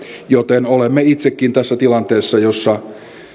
joten olemme itsekin tässä tilanteessa jossa